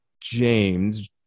James